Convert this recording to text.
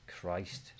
Christ